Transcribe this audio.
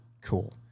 cool